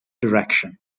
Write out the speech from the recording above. direction